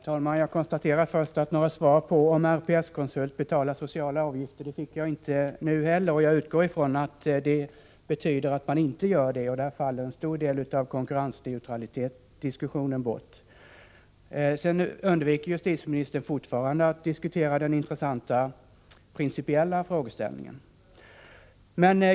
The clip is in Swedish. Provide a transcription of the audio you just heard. Herr talman! Jag konstaterar först att jag inte heller nu fick något svar på frågan, om RPS-konsult betalar sociala avgifter. Jag utgår ifrån att det betyder att man inte gör det. I och med det faller en stor del av diskussionen om detta med konkurrensförhållandena bort. Justitieministern undviker fortfarande att gå in på den intressanta principiella frågeställningen.